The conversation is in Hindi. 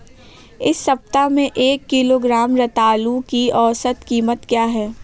इस सप्ताह में एक किलोग्राम रतालू की औसत कीमत क्या है?